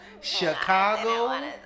Chicago